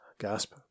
Gasp